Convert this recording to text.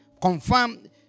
Confirmed